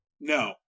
No